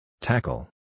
Tackle